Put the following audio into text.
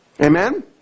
amen